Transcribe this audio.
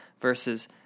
versus